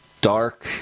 dark